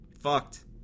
fucked